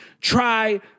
try